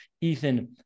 Ethan